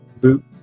boot